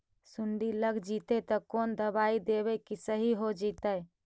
सुंडी लग जितै त कोन दबाइ देबै कि सही हो जितै?